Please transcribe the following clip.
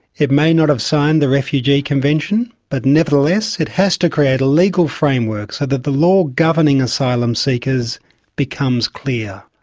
it may not have signed the refugee convention, but nevertheless it has to create a legal framework so that the law governing asylum seekers becomes clear.